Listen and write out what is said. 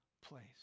place